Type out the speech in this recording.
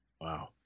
Wow